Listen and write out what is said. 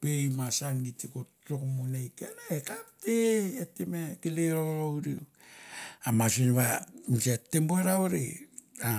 Pei ma sa gi te ko tsok mo ne i ene a kapte, et te me kelei rourouriu. A mas senva misa et te bor ra vore, ba